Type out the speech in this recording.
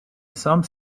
some